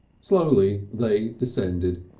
slowly they descended,